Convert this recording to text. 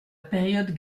période